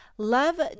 Love